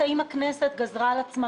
האם הכנסת גזרה על עצמה,